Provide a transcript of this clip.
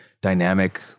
dynamic